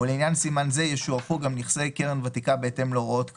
ולעניין סימן זה ישוערכו גם נכסי קרן ותיקה בהתאם להוראות כאמור,